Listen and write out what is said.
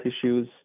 issues